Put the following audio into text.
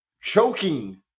choking